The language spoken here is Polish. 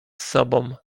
sobą